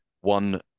one